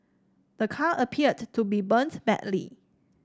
the car appeared to be burnt badly